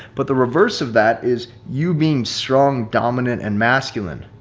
but the reverse of that is you being strong, dominant, and masculine.